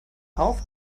auf